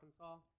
Arkansas